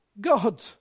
god